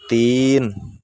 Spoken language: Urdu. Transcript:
تین